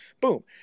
Boom